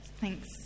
Thanks